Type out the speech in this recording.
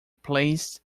placed